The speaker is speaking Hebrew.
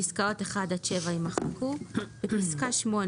פסקאות (1) עד (7) יימחקו, בפסקה (8)